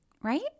Right